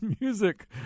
music